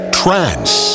trance